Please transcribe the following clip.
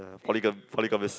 polygom~ polygamous